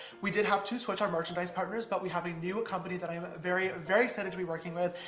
we did have to switch our merchandise partners, but we have a new company that i am very, very excited to be working with,